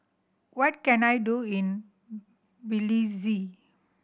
what can I do in Belize